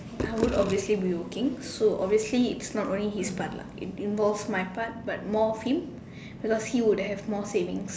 I would obviously be working so obviously it's not only his part lah it involves my part but more of him because he would have more savings